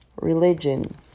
Religion